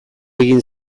egin